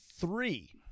three